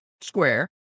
square